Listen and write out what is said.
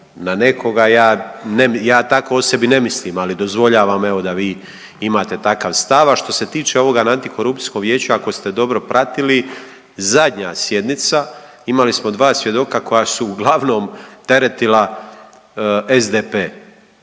na nekoga, ja tako o sebi ne mislim, ali dozvoljavam evo da vi imate takav stav. A što se tiče ovog Antikorupcijskog vijeća ako ste dobro pratili zadnja sjednica imali smo dva svjedoka koja su uglavnom teretila SDP-e